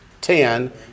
ten